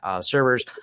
servers